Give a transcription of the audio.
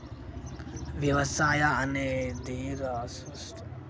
వ్యవసాయం అనేది వర్షపాతం మరియు మారుతున్న కాలాల మీద ఆధారపడి ఉంటది